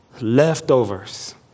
Leftovers